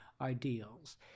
ideals